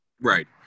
Right